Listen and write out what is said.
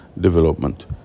development